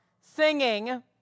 singing